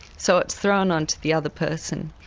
so it's thrown onto the other person.